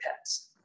pets